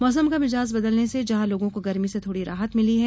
मौसम का मिजाज बदलने से जहां लोगों को गर्मी से थोड़ी राहत मिली है